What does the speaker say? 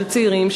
של צעירים,